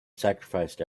sacrificed